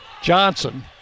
Johnson